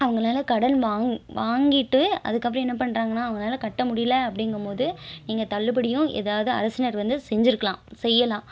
அவங்களால் கடன் வாங்கிட்டு அதுக்கு அப்புறம் என்ன பண்றங்கன்னால் அவங்களால் கட்ட முடியலை அப்படிங்கும் போது நீங்கள் தள்ளுபடியும் எதாவது அரசினர் வந்து செஞ்சு இருக்கலாம் செய்யலாம்